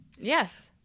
Yes